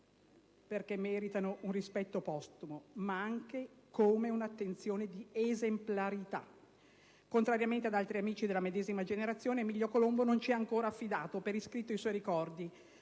solo meritano rispetto postumo, ma anche un'attenzione di esemplarità. Contrariamente ad altri amici della medesima generazione, Emilio Colombo non ci ha ancora affidato per iscritto i suoi ricordi,